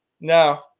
No